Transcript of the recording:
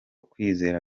kwizera